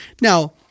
Now